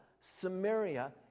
Samaria